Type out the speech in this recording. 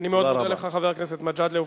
אני מאוד מודה לך, חבר הכנסת מג'אדלה.